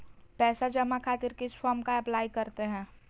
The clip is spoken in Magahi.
पैसा जमा खातिर किस फॉर्म का अप्लाई करते हैं?